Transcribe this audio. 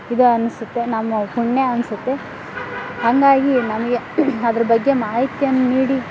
ಇದು ಅನ್ನಿಸುತ್ತೆ ನಮ್ಮ ಪುಣ್ಯ ಅನ್ನಿಸುತ್ತೆ ಹಂಗಾಗಿ ನಮಗೆ ಅದ್ರ ಬಗ್ಗೆ ಮಾಹಿತಿಯನ್ನ ನೀಡಿ